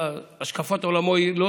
השקפת עולמו היא לא